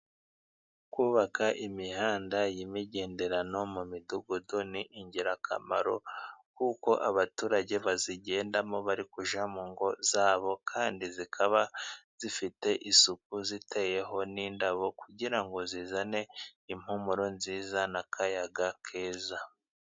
Kubaka imihanda y'imigenderano mu midugudu ni ingirakamaro, kuko abaturage bayigendamo bari kujya mu ngo zabo kandi zikaba zifite isuku iteyeho n'indabo, kugira ngo izane impumuro nziza n'akayaga keza.